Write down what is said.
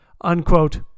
unquote